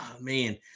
man